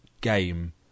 game